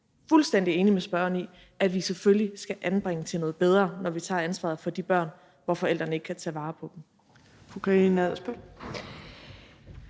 jeg er fuldstændig enig med spørgeren i, at vi selvfølgelig skal anbringe til noget bedre, når vi tager ansvaret for de børn, hvor forældrene ikke kan tage vare på dem. Kl. 15:25 Fjerde